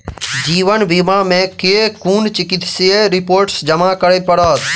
जीवन बीमा मे केँ कुन चिकित्सीय रिपोर्टस जमा करै पड़त?